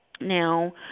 Now